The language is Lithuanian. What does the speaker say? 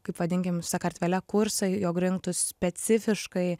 kaip vadinkim sakartvele kursai jog rinktų specifiškai